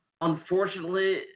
Unfortunately